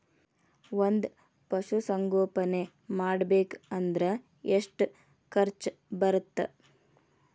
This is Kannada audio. ಒಂದ್ ಪಶುಸಂಗೋಪನೆ ಮಾಡ್ಬೇಕ್ ಅಂದ್ರ ಎಷ್ಟ ಖರ್ಚ್ ಬರತ್ತ?